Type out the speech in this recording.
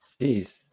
Jeez